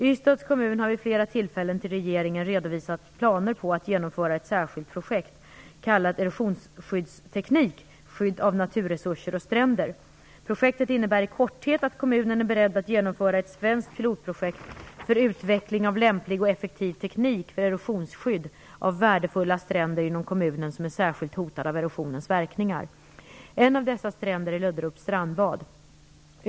Ystads kommun har vid flera tillfällen till regeringen redovisat planer på att genomföra ett särskilt projekt kallat "Erosionsskyddsteknik - skydd av naturresurser och stränder". Projektet innebär i korthet att kommunen är beredd att genomföra ett svenskt pilotprojekt för utveckling av lämplig och effektiv teknik för erosionsskydd av värdefulla stränder inom kommunen som är särskilt hotade av erosionens verkningar. En av dessa stränder är Löderups strandbad.